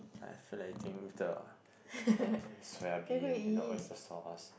yeah I feel like eating with the the soya bean and the oyster sauce